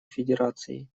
федерацией